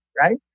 right